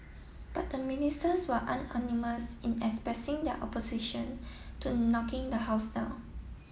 but the Ministers were unanimous unanimous in expressing their opposition to knocking the house down